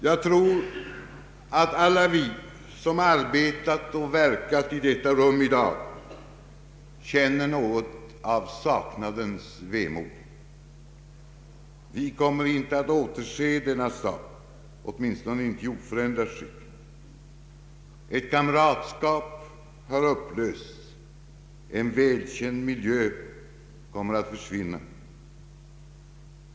Jag tror att alla vi som arbetat och verkat i detta rum i dag känner något av saknadens vemod. Vi kommer inte att återse denna sal, åtminstone inte i oförändrat skick. Ett kamratskap har upplösts, en välkänd miljö kommer att försvinna.